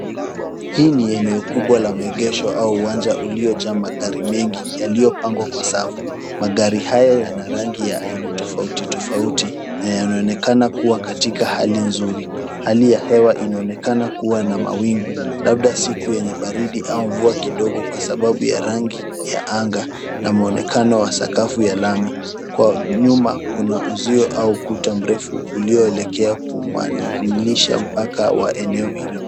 Hii ni eneo kubwa la maegesho au uwanja uliojaa magari mengi yaliyopangwa kwa safu. Magari haya yana rangi ya aina tofautitofauti na yanaonekana kuwa katika hali nzuri. Hali ya hewa inaonekana kuwa na mawingu labda siku yenye baridi au mvua kidogo kwa sababu ya rangi ya anga na mwonekano wa sakafu ya lami. Kwa nyuma kuna uzio au ukuta mrefu uliolekea kumaliza mpaka wa eneo hilo.